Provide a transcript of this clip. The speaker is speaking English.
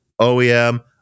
oem